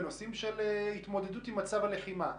בנושאים של התמודדות עם מצב הלחימה.